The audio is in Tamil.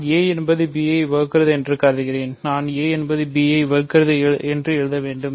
நான் aஎன்பது b ஐ வகுக்கிறது என்று கருதுகிறேன் நான் a என்பது b ஐ வகுக்கிறது எழுத வேண்டும்